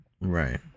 Right